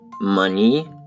money